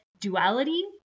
duality